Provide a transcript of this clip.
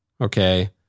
okay